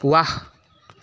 ৱাহ